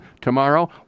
Tomorrow